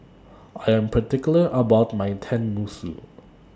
I Am particular about My Tenmusu